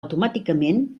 automàticament